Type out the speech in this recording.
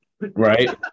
Right